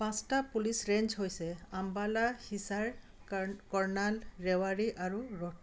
পাঁচটা police range হৈছে আম্বালা হিছাৰ কৰ কৰ্ণাল ৰেৱাৰী আৰু ৰোহতক